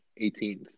18th